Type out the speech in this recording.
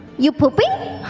you pooping?